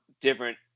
different